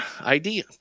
idea